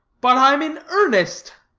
but i'm in earnest.